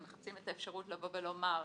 הם מחפשים את האפשרות לבוא ולומר,